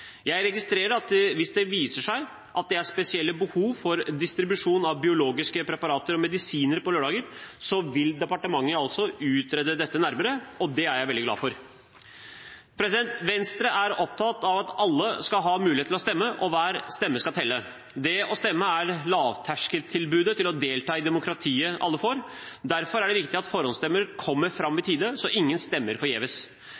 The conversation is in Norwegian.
Jeg registrerer at hvis det viser seg at det er spesielle behov for distribusjon av biologiske preparater og medisiner på lørdager, vil departementet utrede dette nærmere. Det er jeg veldig glad for. Venstre er opptatt av at alle skal ha mulighet til å stemme ved valg, og at hver stemme skal telle. Det å stemme er lavterskeltilbudet som alle får for å delta i demokratiet. Derfor er det viktig at forhåndsstemmer kommer fram i tide så ingen stemmer forgjeves.